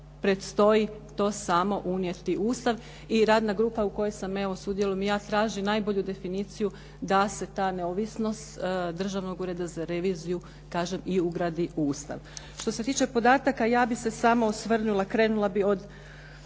predstoji to samo unijeti u Ustav. I radna grupa u kojoj sam evo sudjelujem i ja, traži najbolju definiciju da se ta neovisnost Državnog ureda za reviziju kažem i ugradi i u Ustav.